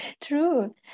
True